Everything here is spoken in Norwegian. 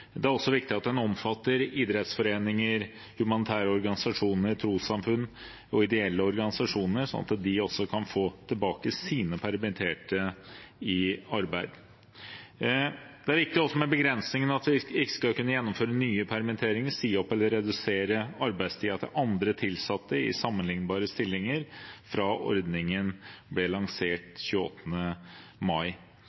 Det er også viktig at den omfatter idrettsforeninger, humanitære organisasjoner, trossamfunn og ideelle organisasjoner, slik at også de kan få tilbake sine permitterte i arbeid. Det er viktig, som en begrensning, at man ikke skal kunne gjennomføre nye permitteringer, si opp eller redusere arbeidstiden til andre tilsatte i sammenliknbare stillinger fra ordningen ble lansert